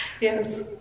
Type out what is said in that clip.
Yes